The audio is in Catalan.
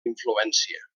influència